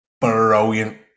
brilliant